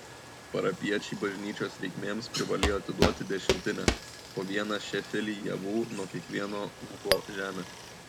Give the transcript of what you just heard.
parapijiečiai bažnyčios reikmėms privalėjo atiduoti dešimtinę po vieną šėfelį javų nuo kiekvieno ūbo žemės